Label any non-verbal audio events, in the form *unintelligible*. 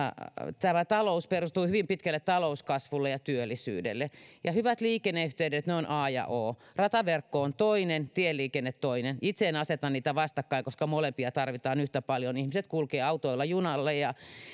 *unintelligible* talous perustuu hyvin pitkälle talouskasvulle ja työllisyydelle ja hyvät liikenneyhteydet ovat a ja o rataverkko on toinen tieliikenne toinen itse en aseta niitä vastakkain koska molempia tarvitaan yhtä paljon ihmiset kulkevat autoilla junalle ja